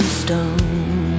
stone